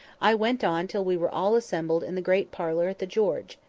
i went on till we were all assembled in the great parlour at the george.